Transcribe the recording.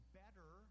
better